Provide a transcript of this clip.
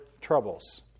troubles